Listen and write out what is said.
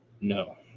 No